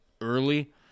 early